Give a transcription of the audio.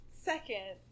second